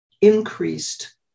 increased